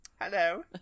hello